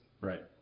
Right